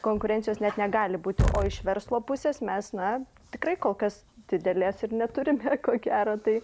konkurencijos net negali būti o iš verslo pusės mes na tikrai kol kas didelės ir neturime ko gero tai